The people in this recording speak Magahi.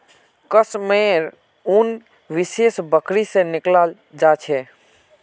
कश मेयर उन विशेष बकरी से निकलाल जा छे